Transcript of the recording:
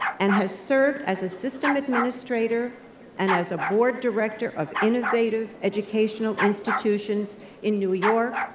and has served as a system administrator and as a board director of innovative educational institutions in new york,